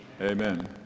Amen